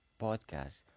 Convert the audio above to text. podcast